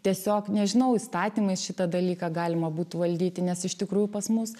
tiesiog nežinau įstatymais šitą dalyką galima būtų valdyti nes iš tikrųjų pas mus